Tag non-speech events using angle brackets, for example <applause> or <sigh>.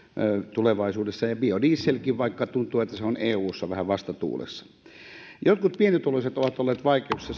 tulevaisuudessa ja biodieselkin vaikka tuntuu että se on eussa vähän vastatuulessa jotkut pienituloiset ovat olleet vaikeuksissa <unintelligible>